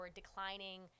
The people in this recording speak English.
declining